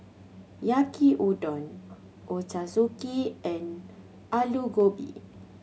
Yaki Udon Ochazuke and Alu Gobi